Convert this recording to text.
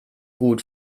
gut